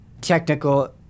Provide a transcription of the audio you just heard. technical